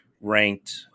ranked